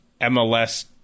MLS